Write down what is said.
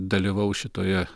dalyvaus šitoje